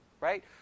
Right